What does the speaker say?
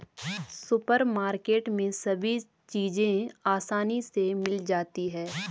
supermarket में सभी चीज़ें आसानी से मिल जाती है